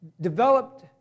developed